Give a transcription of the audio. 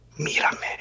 Mirame